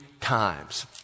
times